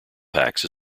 packs